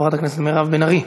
חברת הכנסת מירב בן ארי,